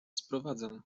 sprowadzam